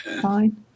Fine